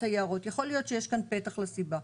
היערות - יכול להיות שיש כאן פתח לסיבה.